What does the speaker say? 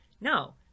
no